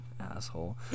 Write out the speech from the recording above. asshole